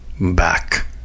back